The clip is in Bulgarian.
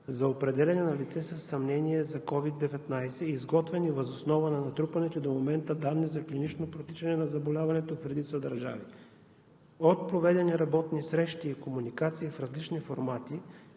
за определяне на лице със съмнение за COVID-19, изготвени въз основа на натрупаните до момента данни за клинично протичане на заболяването в редица държави. От проведени работни срещи и комуникации в различни формати